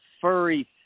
furry